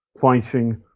fighting